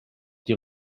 die